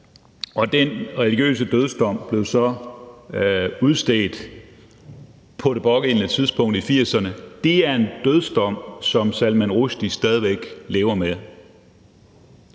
Den religiøse dødsdom blev udstedt på det pågældende tidspunkt i 1980'erne, og det er en dødsdom, som Salman Rushdie stadig væk lever med.